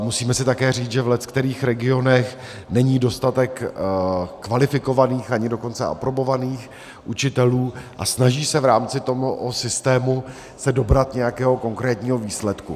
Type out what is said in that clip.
Musíme si také říct, že v leckterých regionech není dostatek kvalifikovaných, ani dokonce aprobovaných učitelů a snaží se v rámci toho systému dobrat nějakého konkrétního výsledku.